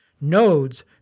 nodes